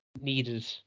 needed